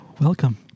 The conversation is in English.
welcome